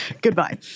Goodbye